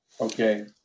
Okay